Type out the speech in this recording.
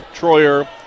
Troyer